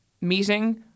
meeting